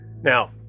Now